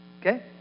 Okay